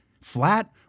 flat